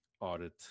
audit